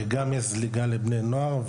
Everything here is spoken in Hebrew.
ויש זליגה שלהם לבני נוער.